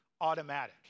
automatic